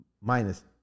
Minus